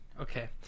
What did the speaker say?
Okay